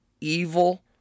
evil